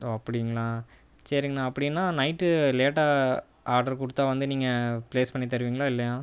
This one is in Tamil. ஓ அப்படிங்களா சேரிங்கணா அப்படின்னா நைட்டு லேட்டாக ஆர்டரு கொடுத்தா வந்து நீங்கள் ப்ளேஸ் பண்ணி தருவிங்களா இல்லையா